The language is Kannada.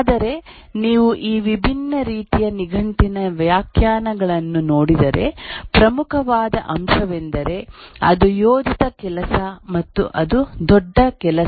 ಆದರೆ ನೀವು ಈ ವಿಭಿನ್ನ ರೀತಿಯ ನಿಘಂಟಿನ ವ್ಯಾಖ್ಯಾನಗಳನ್ನು ನೋಡಿದರೆ ಪ್ರಮುಖವಾದ ಅಂಶವೆಂದರೆ ಅದು ಯೋಜಿತ ಕೆಲಸ ಮತ್ತು ಅದು ದೊಡ್ಡ ಕೆಲಸ